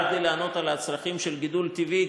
רק כדי לענות על הצרכים של גידול טבעי,